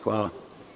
Hvala.